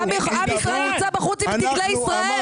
עם ישראל נמצא בחוץ עם דגלי ישראל.